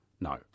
No